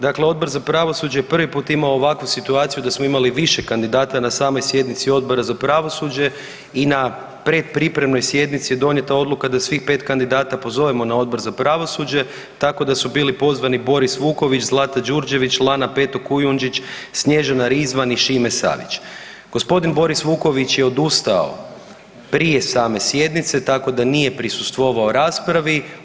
Dakle Odbor za pravosuđe prvi put ima ovakvu situaciju da smo imali više kandidata na samoj sjednici Odbora za pravosuđe i na predpripremnoj sjednici je donijeta odluka da svih 5 kandidata pozovemo na Odbor za pravosuđe, tako da su bili pozvani Boris Vuković, Zlata Đurđević, Lana Peto Kujundžić, Snježana Rizvan i Šime Savić. g. Boris Vuković je odustao prije same sjednice, tako da nije prisustvovao raspravi.